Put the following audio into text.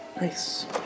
Nice